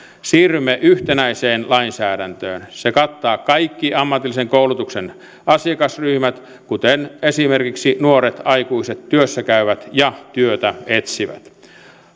siirrymme yhtenäiseen lainsäädäntöön se kattaa kaikki ammatillisen koulutuksen asiakasryhmät kuten esimerkiksi nuoret aikuiset työssä käyvät ja työtä etsivät